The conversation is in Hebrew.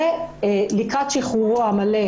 ולקראת שחרורו המלא,